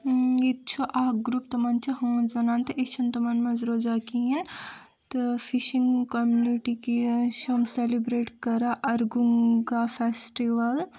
ییٚتہِ چھُ اکھ گرٛوپ تمن چھِ ہٲنٛز ونان تہِ أسۍ چھِنہٕ تمن منٛز روزان کہیٖنۍ تہٕ فِشنگ کمنٹی چھِ یم سیٚلبریٹ کران ارگنٛگا فیٚسٹول